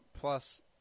Plus